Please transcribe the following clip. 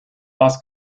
buzz